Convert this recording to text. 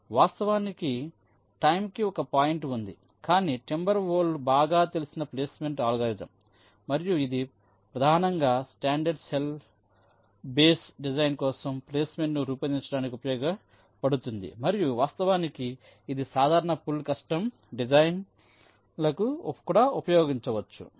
వాస్తవానికి టైం కి ఒక పాయింట్ ఉంది కానీ టింబర్వోల్ఫ్ బాగా తెలిసిన ప్లేస్మెంట్ అల్గోరిథం మరియు ఇది ప్రధానంగా స్టాండర్డ్ సెల్ బేస్ డిజైన్ల కోసం ప్లేస్మెంట్ను రూపొందించడానికి ఉపయోగించబడింది మరియు వాస్తవానికి ఇది సాధారణ ఫుల్ కస్టమ్ డిజైన్లకు కూడా ఉపయోగించవచ్చు